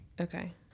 Okay